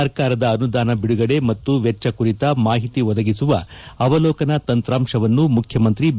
ಸರ್ಕಾರದ ಅನುದಾನ ಬಿಡುಗಡೆ ಮತ್ತು ವೆಚ್ಚ ಕುರಿತ ಮಾಹಿತಿ ಒದಗಿಸುವ ಅವಲೋಕನ ತಂತ್ರಾಂಶವನ್ನು ಮುಖ್ಯಮಂತ್ರಿ ಬಿ